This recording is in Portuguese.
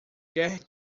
quer